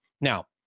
Now